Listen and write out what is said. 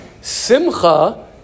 Simcha